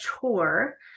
chore